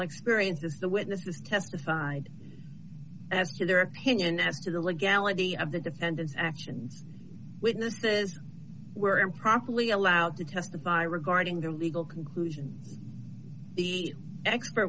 experiences the witnesses testified as to their opinion as to the legality of the defendant's actions witnesses were improperly allowed to testify regarding their legal conclusion the expert